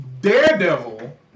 Daredevil